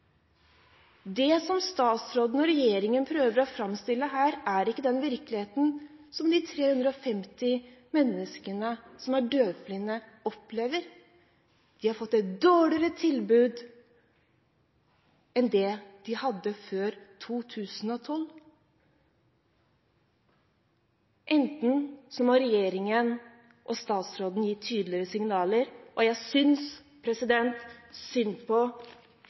strøk. Det statsråden og regjeringen prøver å framstille det som her, er ikke den virkeligheten de 350 menneskene som er døvblinde, opplever. De har fått et dårligere tilbud enn det de hadde før 2012. Regjeringen og statsråden må gi tydeligere signaler. Jeg synes synd på